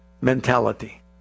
mentality